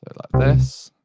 like this.